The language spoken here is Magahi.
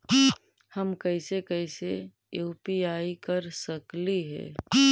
हम कैसे कैसे यु.पी.आई कर सकली हे?